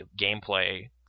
gameplay